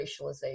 racialization